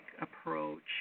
approach